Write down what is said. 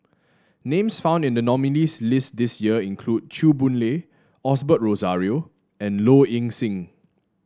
names found in the nominees' list this year include Chew Boon Lay Osbert Rozario and Low Ing Sing